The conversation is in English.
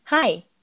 Hi